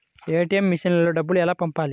ATM మెషిన్లో డబ్బులు ఎలా పంపాలి?